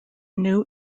new